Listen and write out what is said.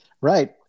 right